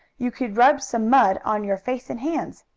you could rub some mud on your face and hands.